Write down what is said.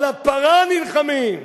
על הפרה נלחמים,